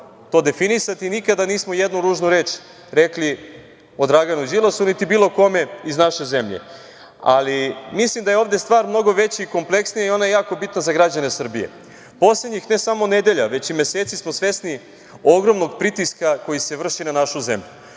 to definisati, nikada nismo jednu ružnu reč rekli o Draganu Đilasu, niti bilo kome iz naše zemlje, ali mislim da je ovde stvar mnogo veća i kompleksnija i ona je jako bitna za građane Srbije. Poslednjih ne samo nedelja, već i meseci smo svesni ogromnog pritiska koji se vrši na našu zemlju.